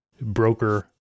broker